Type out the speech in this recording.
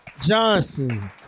Johnson